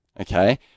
okay